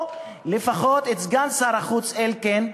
או לפחות של סגן שר החוץ אלקין,